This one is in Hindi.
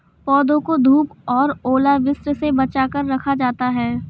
पौधों को धूप और ओलावृष्टि से बचा कर रखा जाता है